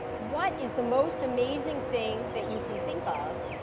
what is the most amazing thing that you can think of?